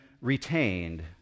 retained